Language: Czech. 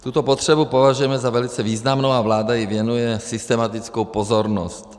Tuto potřebu považujeme za velice významnou a vláda jí věnuje systematickou pozornost.